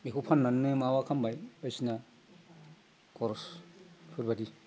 बेखौ फाननानैनो माबा खालामबाय बायदिसिना खरस इफोरबायदि